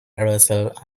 aerosol